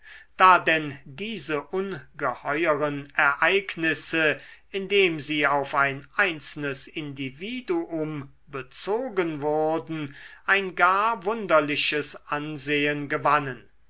da denn diese ungeheueren ereignisse indem sie auf ein einzelnes individuum bezogen wurden ein gar wunderliches ansehen gewannen